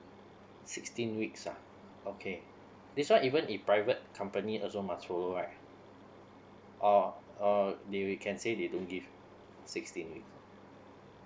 sixteen weeks ah okay this one even in private company also must follow right oh uh they can say they don't give sixteen weeks